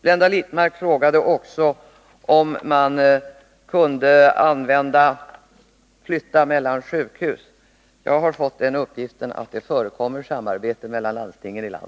Blenda Littmarck frågade också om man i sådana här fall kunde flytta patienter mellan olika sjukhus i landet. Jag har fått uppgiften att det förekommer samarbete här mellan landstingen.